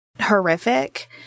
horrific